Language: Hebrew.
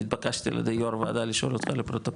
אני התבקשתי על ידי יושב ראש וועדה לשאול אותך לפרוטוקול.